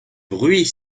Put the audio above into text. bruit